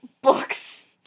books